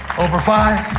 over five?